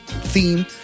theme